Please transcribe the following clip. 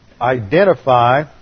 identify